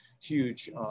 huge